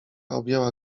objęła